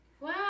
Wow